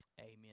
Amen